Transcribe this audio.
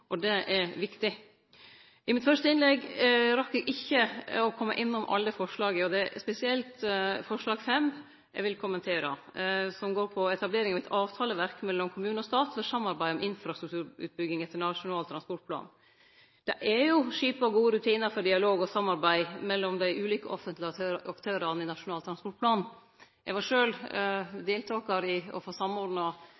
og det er viktig. I mitt fyrste innlegg rakk eg ikkje kome innom alle forslaga, og det er spesielt forslag nr. 5 eg vil kommentere. Det går på «etablering av et avtaleverk mellom kommune og stat for samarbeid om infrastrukturutbygging etter Nasjonal transportplan.» Det er jo skipa gode rutinar for dialog og samarbeid mellom dei ulike offentlege aktørane i Nasjonal transportplan. Eg var